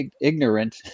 ignorant